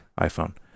iPhone